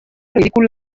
ridícula